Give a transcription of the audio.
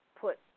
put